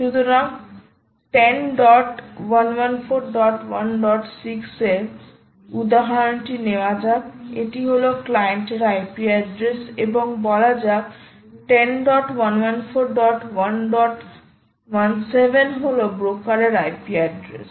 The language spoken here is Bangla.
সুতরাং 10114116 এর উদাহরণটি নেওয়া যাক এটি হলো ক্লায়েন্টের IP অ্যাড্রেস এবং বলা যাক 10114117 হল ব্রোকারের IP অ্যাড্রেস